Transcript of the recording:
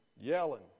Yelling